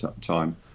time